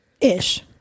ish